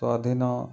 ସ୍ଵାଧୀନ